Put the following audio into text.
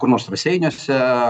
kur nors raseiniuose